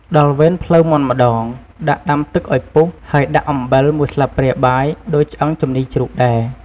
ដល់វេនភ្លៅមាន់ម្តង ដាក់ដាំទឹកឱ្យពុះហើយដាក់អំបិលមួយស្លាបព្រាបាយដូចឆ្អឹងជំនីជ្រូកដែរ។